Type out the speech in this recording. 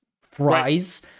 fries